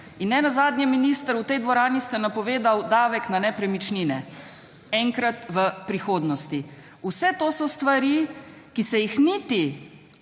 in nenazadnje, minister, v tej dvorani ste napovedali davek na nepremičnine, enkrat v prihodnosti. Vse to so stvari, ki se jih niti